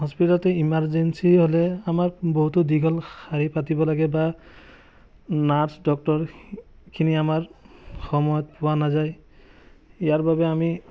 হস্পিটেলতে ইমাৰ্জেঞ্চি হ'লে আমাৰ বহুতো দীঘল শাড়ী পাতিব লাগে বা নাৰ্ছ ডক্টৰখিনি আমাৰ সময়ত পোৱা নাযায় ইয়াৰ বাবে আমি